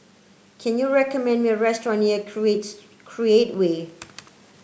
can you recommend me a restaurant near Creates Create Way